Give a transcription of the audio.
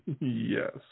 Yes